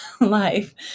life